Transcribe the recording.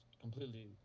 Completely